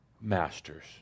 Masters